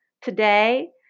today